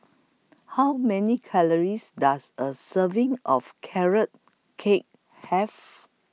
How Many Calories Does A Serving of Carrot Cake Have